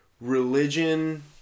religion